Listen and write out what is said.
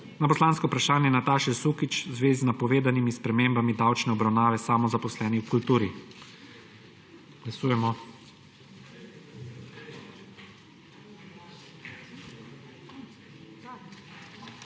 na poslansko vprašanje Nataše Sukič v zvezi z napovedanimi spremembami davčne obravnave samozaposlenih v kulturi. Glasujemo.